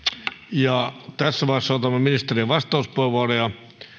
ja tässä vaiheessa otamme ministerien vastauspuheenvuoroja